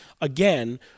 again